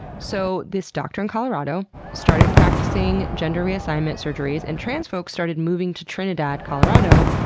so this doctor in colorado started practicing gender reassignment surgeries, and trans folks started moving to trinidad, colorado,